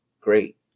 great